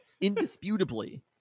indisputably